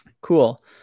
Cool